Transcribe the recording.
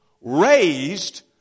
Raised